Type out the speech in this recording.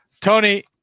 Tony